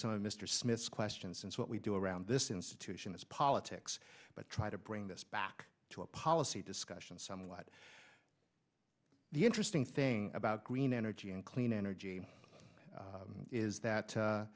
some of mr smith's questions since what we do around this institution is politics but try to bring this back to a policy discussion somewhat the interesting thing about green energy and clean energy is that